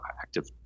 active